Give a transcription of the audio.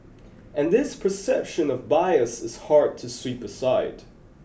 and this perception of bias is hard to sweep aside